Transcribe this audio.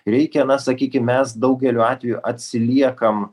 reikia na sakykim mes daugeliu atvejų atsiliekam